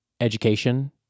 education